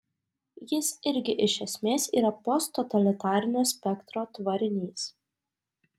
jis irgi iš esmės yra posttotalitarinio spektro tvarinys